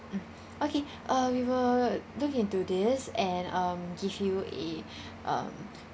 mm okay uh we will look into this and um give you a um